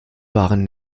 waren